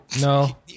no